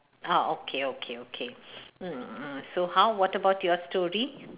ah okay okay okay so how what about your story